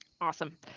Awesome